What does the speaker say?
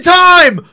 time